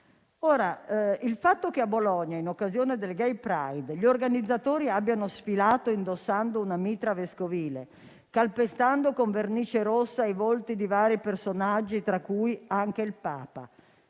Il fatto che a Bologna, in occasione del *Gay Pride*, gli organizzatori abbiano sfilato indossando una mitra vescovile, calpestando con vernice rossa i volti di vari personaggi, tra cui anche il Papa,